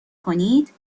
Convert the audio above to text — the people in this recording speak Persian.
کنید